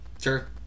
Sure